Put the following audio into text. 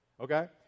okay